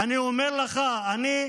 אני אומר לך, לי,